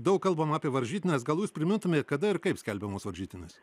daug kalbam apie varžytines gal jūs primintumėt kada ir kaip skelbiamos varžytinės